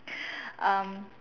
um